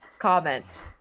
comment